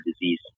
disease